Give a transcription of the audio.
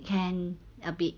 can a bit